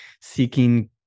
seeking